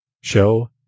show